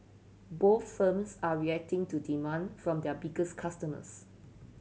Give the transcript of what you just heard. both firms are reacting to demand from their biggest customers